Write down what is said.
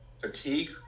fatigue